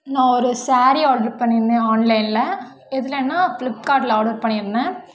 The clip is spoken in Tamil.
நான் ஒரு ஸேரீ ஆர்ட்ரு பண்ணியிருந்தேன் ஆன்லைனில் எதுலைன்னா ஃப்ளிப்கார்ட்டில் ஆர்டர் பண்ணியிருந்தேன்